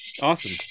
Awesome